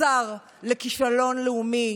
השר לכישלון לאומי